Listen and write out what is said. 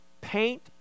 paint